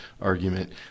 argument